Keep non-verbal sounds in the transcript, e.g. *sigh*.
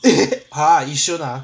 *noise* !huh! yishun ah